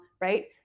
right